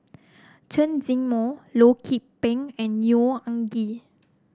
Chen Zhiming Loh Lik Peng and Neo Anngee